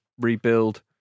rebuild